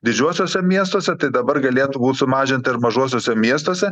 didžiuosiuose miestuose tai dabar galėtų būt sumažinta ir mažuosiuose miestuose